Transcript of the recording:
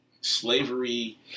slavery